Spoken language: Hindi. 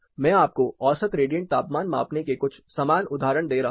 मैं आपको औसत रेडियंट तापमान मापने के कुछ समान उदाहरण दे रहा हूं